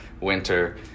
winter